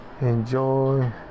Enjoy